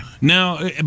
Now